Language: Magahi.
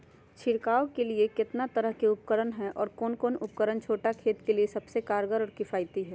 छिड़काव के लिए कितना तरह के उपकरण है और कौन उपकरण छोटा खेत के लिए सबसे कारगर और किफायती है?